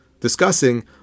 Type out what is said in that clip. discussing